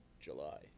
July